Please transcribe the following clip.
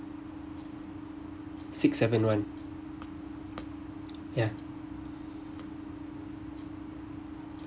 six seven one ya